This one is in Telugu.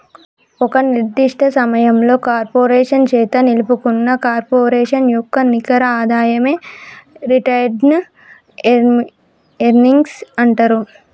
ఒక నిర్దిష్ట సమయంలో కార్పొరేషన్ చేత నిలుపుకున్న కార్పొరేషన్ యొక్క నికర ఆదాయమే రిటైన్డ్ ఎర్నింగ్స్ అంటరు